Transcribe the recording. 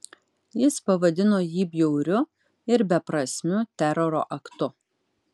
jis pavadino jį bjauriu ir beprasmiu teroro aktu